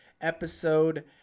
episode